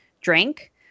drink